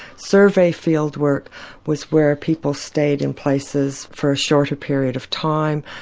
survey field work was where people stayed in places for a shorter period of time.